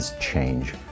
change